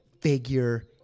figure